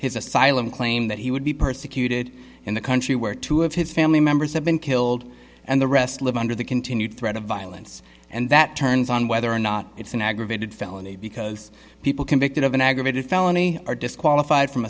his asylum claim that he would be persecuted in the country where two of his family members have been killed and the rest live under the continued threat of violence and that turns on whether or not it's an aggravated felony because people convicted of an aggravated felony are disqualified from